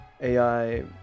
AI